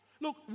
Look